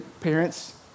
parents